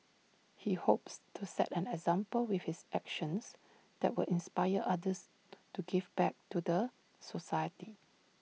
he hopes to set an example with his actions that will inspire others to give back to the society